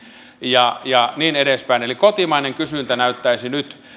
ja ja niin edespäin eli kotimainen kysyntä näyttäisi nyt